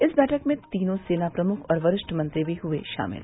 इस बैठक में तीनों सेनाप्रमुख और वरिष्ठ मंत्री भी हुए शामिल